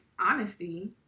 honesty